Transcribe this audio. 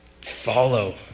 follow